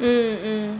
mm mm